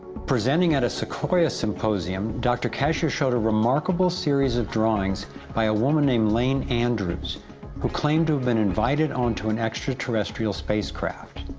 presenting at a sequoia symposium, dr. kasher showed a remarkable series of drawings by a woman named lane andrews who claimed to have been invited on to and extra-terrestrial spacecraft.